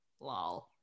lol